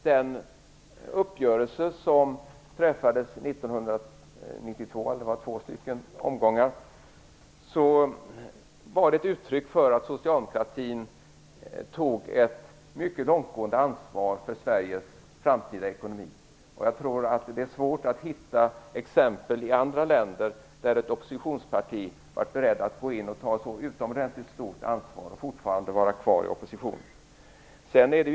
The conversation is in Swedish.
Den uppgörelse som träffades 1992 - det var två omgångar - var ett uttryck för att socialdemokratin tog ett mycket långtgående ansvar för Sveriges framtida ekonomi. Jag tror att det är svårt att hitta exempel i andra länder där ett oppositionsparti har varit berett att gå in och ta ett så utomordentligt stort ansvar och fortfarande vara kvar i opposition.